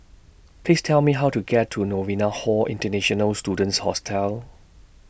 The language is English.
Please Tell Me How to get to Novena Hall International Students Hostel